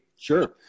Sure